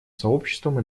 сообществом